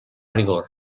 rigor